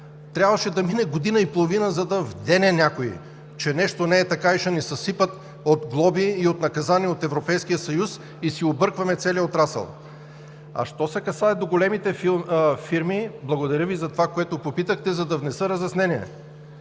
Трябваше да мине година и половина, за да вдене някой, че нещо не е така и ще ни съсипят от глоби и наказания от Европейския съюз и си объркваме целия отрасъл. А що се касае до големите фирми, благодаря Ви за това, за което попитахте, за да внеса разяснение.